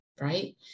right